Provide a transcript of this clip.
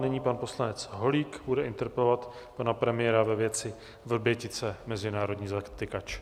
Nyní pan poslanec Holík bude interpelovat pana premiéra ve věci Vrbětice, mezinárodní zatykač.